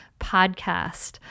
podcast